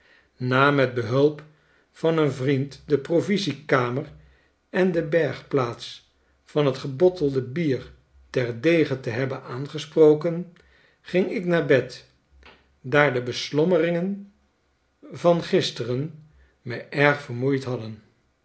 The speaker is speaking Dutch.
na met behulp van een vriend de provisiekamer en de bergplaats van t gebottelde bier terdege te hebben aangesproken ging ik naar bed daar de beslommeringen van gisteren me erg vermoeid hadden